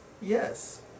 yes